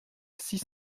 six